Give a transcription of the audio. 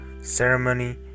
ceremony